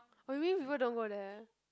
oh you mean people don't go there